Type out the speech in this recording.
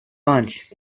lunch